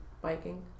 biking